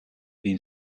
been